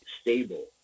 stable